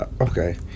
Okay